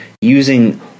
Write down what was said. using